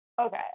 Okay